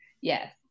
Yes